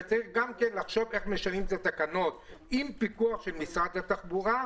וצריך גם לחשוב איך משנים את התקנות עם פיקוח של משרד התחבורה.